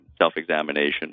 self-examination